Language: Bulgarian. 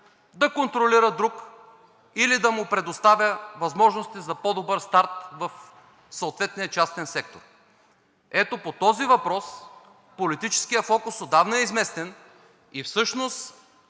да контролира друг или да му предоставя възможности за по-добър старт в съответния частен сектор. Ето по този въпрос политическият фокус отдавна е изместен и всъщност